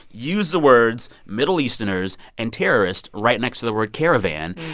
use the words, middle easterners and terrorists right next to the word caravan.